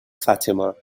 fatima